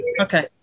okay